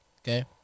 Okay